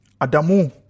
Adamu